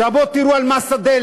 עכשיו בואו תראו את מס הדלק: